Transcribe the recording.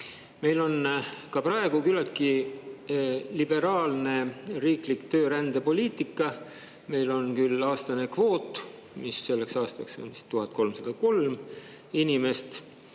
Meil on ka praegu küllaltki liberaalne riiklik töörändepoliitika. Meil on küll aastane kvoot, mis selleks aastaks on vist 1303 inimest,